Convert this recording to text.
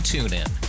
TuneIn